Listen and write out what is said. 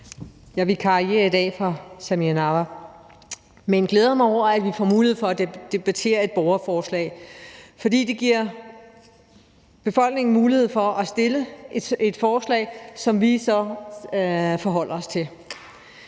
Jeg vikarierer i dag for Samira Nawa, men glæder mig over, at vi får mulighed for at debattere et borgerforslag, for det giver befolkningen mulighed for at stille et forslag, som vi så forholder os til.